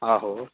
आहो